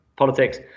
politics